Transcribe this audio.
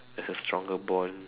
there's a stronger bond